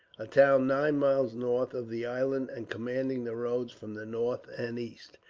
a town nine miles north of the island, and commanding the roads from the north and east.